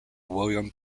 william